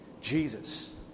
Jesus